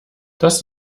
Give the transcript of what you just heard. das